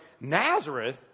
Nazareth